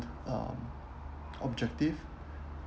um objective